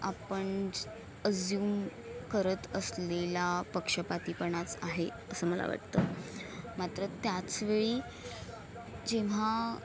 आपण अज्युम करत असलेला पक्षपातीपणाच आहे असं मला वाटतं मात्र त्याच वेळी जेव्हा